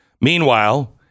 Meanwhile